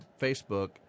Facebook